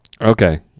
Okay